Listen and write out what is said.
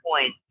point